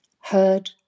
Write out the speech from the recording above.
heard